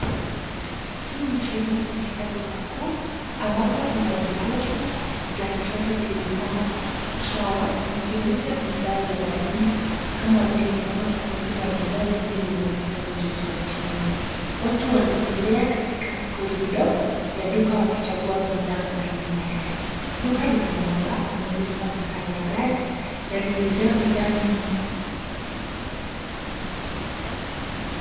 Hii ni sehemu katika duka kuu ambapo kuna jokofu za kisasa zilizopangwa kwa usawa zikionyesha bidhaa za baridi kama vile nyama ,samaki na bidhaa zingine zinazohitaji joto ya chini, watu wanatembea katika korido ya duka wakichagua bidhaa mbalimbali duka lina mwanga zinazoletwa na taa za dari na limejaa bidhaa mingi.